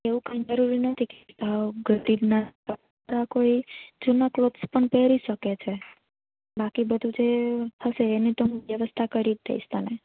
એવું કાઈ જરૂરી નથી કે સાવ ગરીબના કપડાં કોઈ જૂના ક્લોથ્સ પણ પહેરી શકે છે બાકી બધું જે હશે એની તો હું વ્યવસ્થા કરી જ દઈશ તને